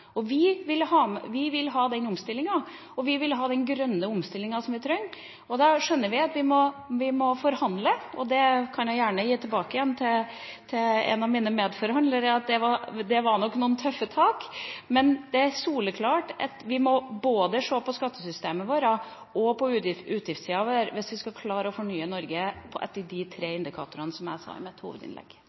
arbeidsplasser. Vi vil ha den omstillinga, og vi vil ha den grønne omstillinga som vi trenger. Da skjønner vi at vi må forhandle. Jeg kan gjerne gi tilbake igjen til en av mine medforhandlere at det var nok noen tøffe tak, men det er soleklart at vi må se både på skattesystemet vårt og på utgiftssida hvis vi skal klare å fornye Norge etter de tre indikatorene som jeg nevnte i mitt hovedinnlegg.